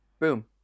boom